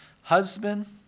husband